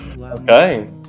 okay